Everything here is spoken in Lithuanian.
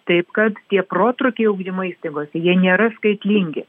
taip kad tie protrūkiai ugdymo įstaigose jie nėra skaitlingi